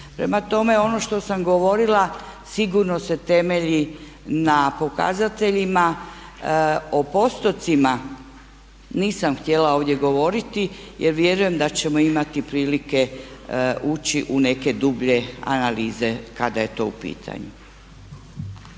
Prema tome ono što sam govorila sigurno se temelji na pokazateljima. O postotcima nisam htjela ovdje govoriti jer vjerujem da ćemo imati prilike ući u neke dublje analize kada je to u pitanju.